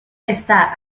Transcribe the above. está